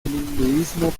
hinduismo